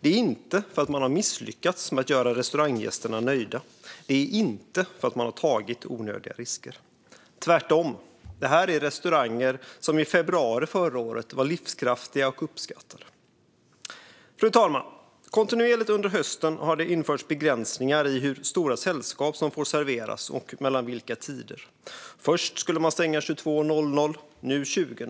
Det är inte för att man har misslyckats med att göra restauranggästerna nöjda. Det är inte för att man har tagit onödiga risker. Tvärtom är detta restauranger som i februari förra året var livskraftiga och uppskattade. Fru talman! Kontinuerligt under hösten har det införts begränsningar i hur stora sällskap som får serveras och mellan vilka tider. Först skulle man stänga 22.00, nu 20.00.